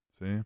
See